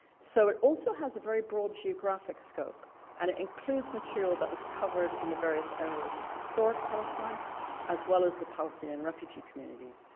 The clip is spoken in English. so it also has a very broad geographic scope and it includes material that was covered in the various areas of historic palestine as well as the palestinian refugee communities.